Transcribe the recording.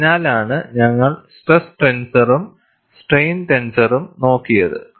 അതിനാലാണ് ഞങ്ങൾ സ്ട്രെസ് ടെൻസറും സ്ട്രെയിൻ ടെൻസറും നോക്കിയത്